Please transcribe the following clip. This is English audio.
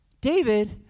David